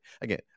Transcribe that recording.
Again